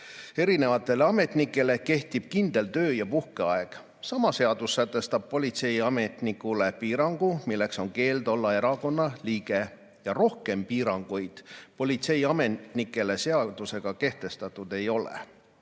erinevatele ametnikele kehtib kindel töö‑ ja puhkeaeg. Sama seadus sätestab politseiametnikule piirangu, milleks on keeld olla erakonna liige, ja rohkem piiranguid politseiametnikele seadusega kehtestatud ei ole.